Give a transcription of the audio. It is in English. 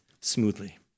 smoothly